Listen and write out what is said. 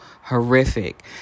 horrific